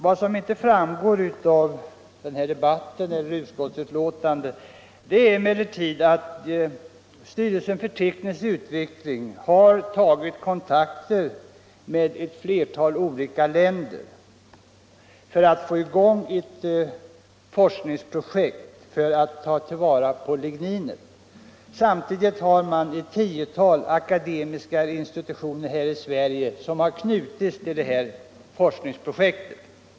Vad som inte framgår av debatten eller av utskottsbetänkandet är emellertid att styrelsen för teknisk utveckling har tagit kontakter med ett flertal olika länder för att få i gång ett forskningsprojekt i syfte att ta till vara ligninet. Samtidigt har ett tiotal akademiska institutioner här i Sverige knutits till projektet.